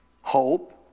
Hope